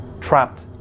trapped